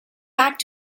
back